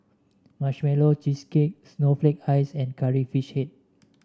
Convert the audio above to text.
Marshmallow Cheesecake Snowflake Ice and Curry Fish Head